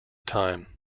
time